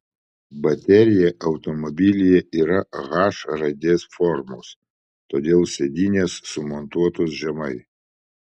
baterija automobilyje yra h raidės formos todėl sėdynės sumontuotos žemai